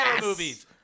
movies